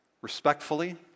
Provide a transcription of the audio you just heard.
Respectfully